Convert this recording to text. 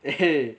!hey!